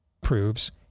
proves